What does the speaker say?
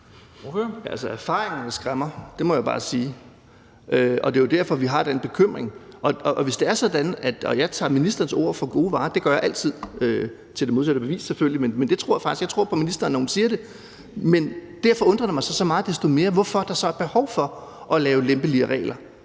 Erfaringen skræmmer – det må jeg bare sige. Og det er jo derfor, vi har den bekymring. Hvis det er sådan – og jeg tager ministerens ord for gode varer, det gør jeg altid, indtil det modsatte er bevist, selvfølgelig – så undrer det mig så meget desto mere, hvorfor der så er behov for at lave lempelige regler.